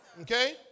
Okay